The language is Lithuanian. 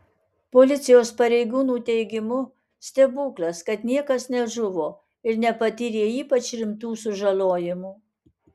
policijos pareigūnų teigimu stebuklas kad niekas nežuvo ir nepatyrė ypač rimtų sužalojimų